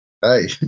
Hey